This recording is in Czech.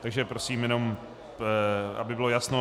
Takže prosím jenom, aby bylo jasno.